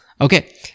Okay